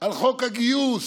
על חוק הגיוס,